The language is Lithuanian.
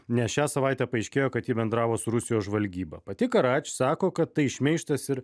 nes šią savaitę paaiškėjo kad ji bendravo su rusijos žvalgyba pati karač sako kad tai šmeižtas ir